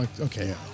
Okay